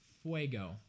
Fuego